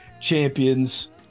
champions